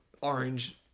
Orange